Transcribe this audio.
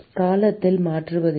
காலத்தால் மாறுவதில்லை